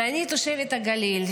ואני תושבת הגליל,